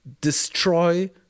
destroy